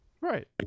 Right